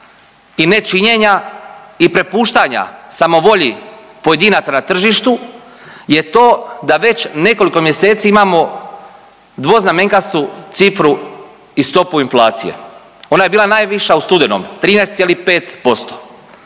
i nečinjenja i prepuštanja samovolji pojedinaca na tržištu je to da već nekoliko mjeseci imamo dvoznamenkastu cifru i stopu inflacije. Ona je bila najviša u studenom, 13,5%.